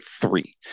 three